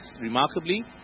remarkably